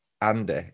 Andy